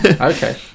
Okay